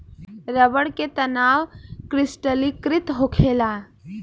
रबड़ के तनाव क्रिस्टलीकृत होखेला